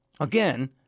again